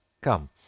Come